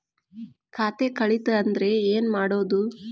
ಖಾತೆ ಕಳಿತ ಅಂದ್ರೆ ಏನು ಮಾಡೋದು?